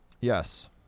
Yes